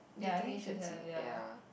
dating agency ya